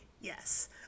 yes